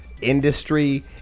industry